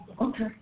Okay